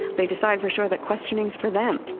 they decide for sure that questioning is for them